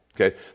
Okay